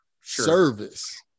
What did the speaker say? Service